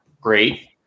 great